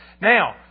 Now